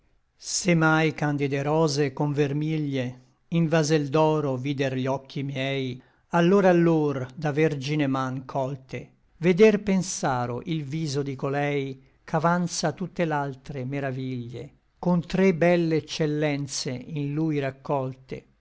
mai candide rose con vermiglie in vasel d'oro vider gli occhi miei allor allor da vergine man colte veder pensaro il viso di colei ch'avanza tutte l'altre meraviglie con tre belle excellentie in lui raccolte